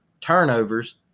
Turnovers